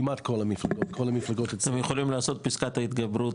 כמעט כל המפלגות --- אתם יכולים לעשות פיסקת ההתגברות,